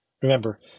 Remember